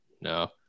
No